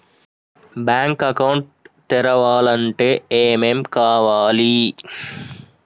Bank account తెరవాలంటే ఏమేం కావాలి?